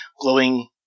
glowing